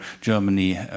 Germany